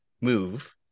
move